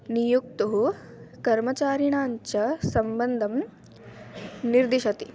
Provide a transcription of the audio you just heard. नियोक्तुः कर्मचारिणां च सम्बन्धं निर्दिशति